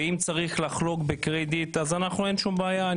ואם צריך לחלוק בקרדיט, אין שום בעיה.